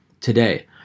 today